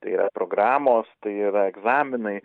tai yra programos tai yra egzaminai